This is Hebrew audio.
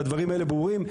והדברים האלה ברורים.